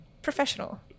Professional